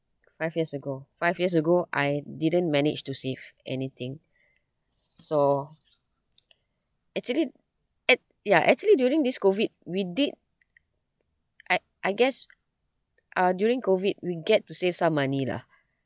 five years ago five years ago I didn't manage to save anything so actually ac~ ya actually during this COVID we did I I guess uh during COVID we get to save some money lah